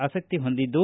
ಆಸಕ್ತಿ ಹೊಂದಿದ್ದು